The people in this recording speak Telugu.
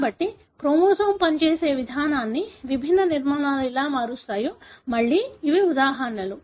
కాబట్టి క్రోమోజోమ్ పనిచేసే విధానాన్ని విభిన్న నిర్మాణా లు ఎలా మారుస్తాయో మళ్ళీ ఇవి ఉదాహరణలు